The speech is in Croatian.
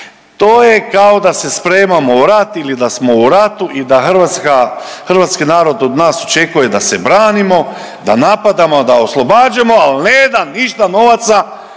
To je kao da se spremamo u rat ili da smo u ratu i da Hrvatska, hrvatski narod od nas očekuje da se branimo, da napadamo, da oslobađamo, ali ne da ništa novaca da